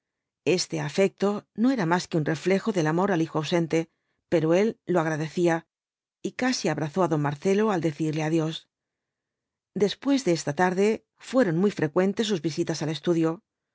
este afecto no era más que un reflejo del amor al hijo ausente peroél lo agradecía y casi abrazó á don marcelo al decirle adiós después de esta tarde fueron muy frecuentes sus visitas al estudio